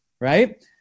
right